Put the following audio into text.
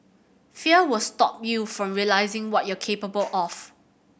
fear will stop you from realising what you capable of